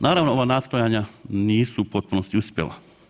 Naravno, ova nastojanja nisu u potpunosti uspjela.